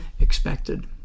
expected